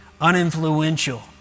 uninfluential